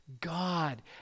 God